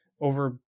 over